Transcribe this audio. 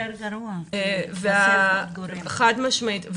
חד משמעית.